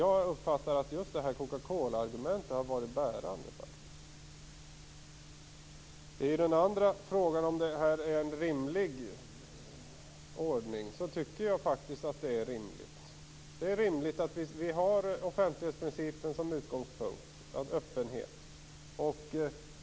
Jag uppfattar att Coca-Cola-argumentet har varit bärande. På den andra frågan, om ifall detta är en rimlig ordning, är svaret ja. Jag tycker att det är rimligt. Det är rimligt att vi har offentlighetsprincipen och öppenheten som utgångspunkt.